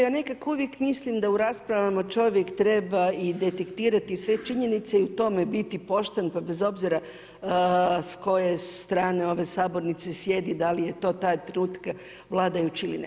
Ja nekako uvijek mislim da u raspravama čovjek treba i detektirati sve činjenice i u tom biti pošten pa bez obzira s koje strane ove sabornice sjedi, da li je to taj trud vladajućih ili ne.